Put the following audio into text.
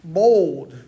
bold